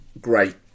great